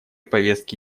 повестки